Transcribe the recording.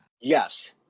Yes